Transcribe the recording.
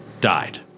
died